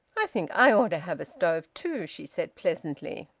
i think i ought to have a stove too, she said pleasantly.